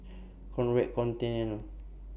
Conrad Centennial